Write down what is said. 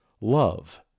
love